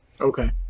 Okay